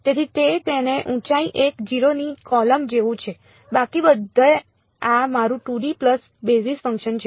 તેથી તે તેની ઊંચાઈ 1 0 ની કૉલમ જેવું છે બાકી બધે આ મારું 2D પલ્સ બેઝિસ ફંક્શન છે